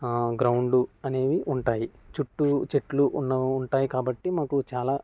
ground అనేవి ఉంటాయి చుట్టు చెట్లు ఉం ఉంటాయి కాబట్టి మాకు చాలా